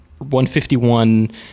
151